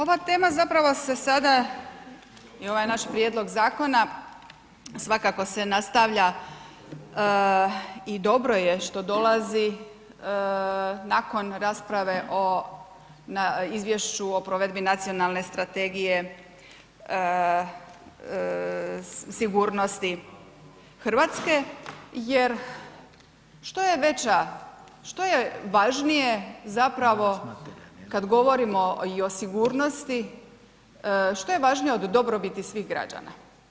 Ova tema zapravo se sada i ovaj naš prijedlog zakona svakako se nastavlja i dobro je što dolazi nakon rasprave o Izvješću o provedbi Nacionalne strategije sigurnosti Hrvatske jer što je veća, što je važnije zapravo kada govorimo i o sigurnosti, što je važnije od dobrobiti svih građana?